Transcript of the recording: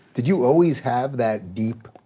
did you always have that deep,